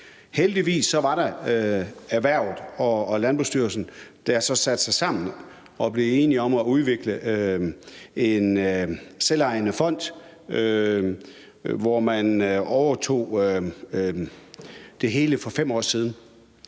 Heldigvis satte Erhvervsstyrelsen og Landbrugsstyrelsen sig sammen og blev enige om at udvikle en selvejende fond, som overtog det hele for 5 år siden.